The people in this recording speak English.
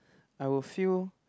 I would feel